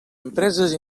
empreses